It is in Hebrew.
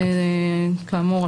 כאמור,